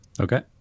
Okay